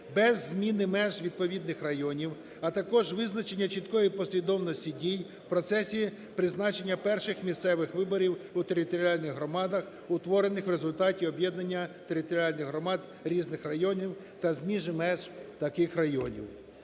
без зміни меж відповідних районів, а також визначення чіткої послідовності дій в процесі призначення перших місцевих виборів у територіальних громадах, утворених в результаті об'єднання територіальних громад різних районів, та зміни меж таких районів.